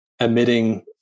emitting